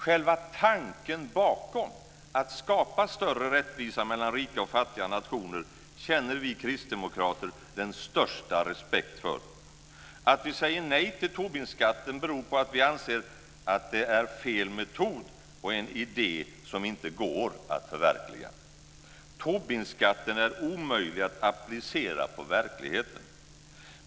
Själva tanken bakom, att skapa större rättvisa mellan rika och fattiga nationer, känner vi kristdemokrater den största respekt för. Att vi säger nej till Tobinskatten beror på att vi anser det vara fel metod och en idé som inte går att förverkliga. Tobinskatten är omöjlig att applicera på verkligheten.